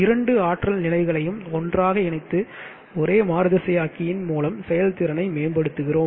இரண்டு ஆற்றல் நிலைகளையும் ஒன்றாக இணைத்து ஒரே மாறுதிசையாக்கியின் மூலம் செயல்திறனை மேம்படுத்துகிறோம்